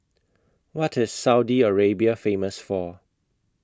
What IS Saudi Arabia Famous For